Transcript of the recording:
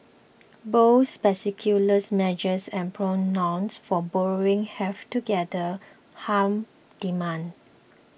both measures and prudent norms for borrowing have together hurt demand